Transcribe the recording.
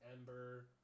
Ember